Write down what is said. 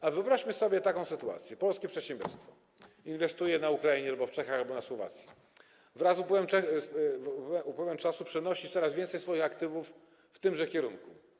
Ale wyobraźmy sobie taką sytuację, że polskie przedsiębiorstwo inwestuje na Ukrainie, w Czechach albo na Słowacji, wraz z upływem czasu przenosi coraz więcej swoich aktywów w tymże kierunku.